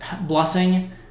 blessing